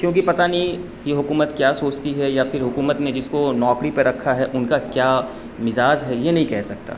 کیونکہ پتہ نہیں یہ حکومت کیا سوچتی ہے یا پھر حکومت نے جس کو نوکری پہ رکھا ہے ان کا کیا مزاج ہے یہ نہیں کہہ سکتا